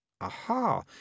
Aha